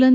लं